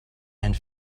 and